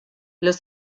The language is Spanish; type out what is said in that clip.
los